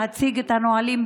להציג את הנהלים,